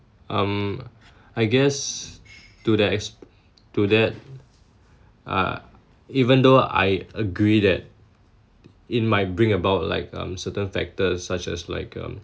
um I guess to that exp~ to that uh even though I agree that it might bring about like um certain factors such as like um